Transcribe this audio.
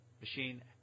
machine